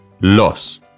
Los